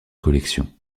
collections